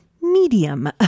medium